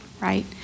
right